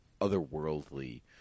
otherworldly